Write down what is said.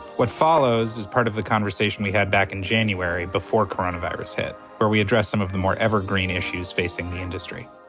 what follows is part of the conversation we had back in january before coronavirus hit, where we addressed some of the more evergreen issues facing the industry.